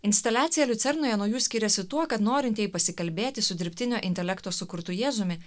instaliacija liucernoje nuo jų skiriasi tuo kad norintieji pasikalbėti su dirbtinio intelekto sukurtu jėzumi